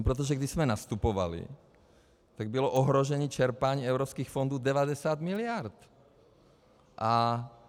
Protože když jsme nastupovali, tak bylo ohrožení čerpání evropských fondů 90 miliard.